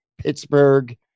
Pittsburgh